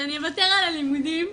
שאני אוותר על הלימודים,